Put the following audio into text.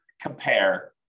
compare